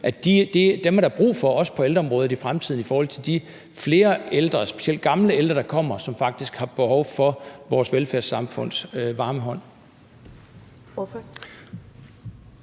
er der også brug for på ældreområdet i fremtiden i forhold til de flere ældre, specielt gamle ældre, der kommer, og som faktisk har behov for vores velfærdssamfunds varme hænder.